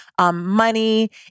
money